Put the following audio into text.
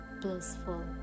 blissful